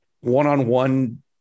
one-on-one